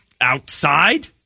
outside